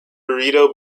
burrito